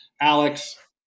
Alex